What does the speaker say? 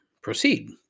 proceed